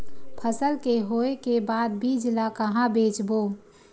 फसल के होय के बाद बीज ला कहां बेचबो?